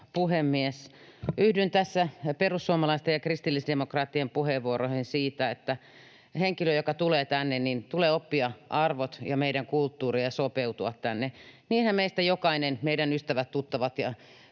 Yhdyn tässä perussuomalaisten ja kristillisdemokraattien puheenvuoroihin siitä, että henkilön, joka tulee tänne, tulee oppia arvot ja meidän kulttuuri ja sopeutua tänne. Niinhän meistä jokainen, meidän ystävät ja tuttavat,